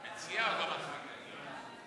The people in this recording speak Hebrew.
ההצעה להעביר את הצעת חוק אי-נקיטת